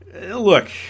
Look